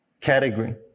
category